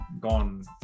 gone